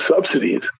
subsidies